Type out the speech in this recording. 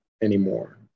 anymore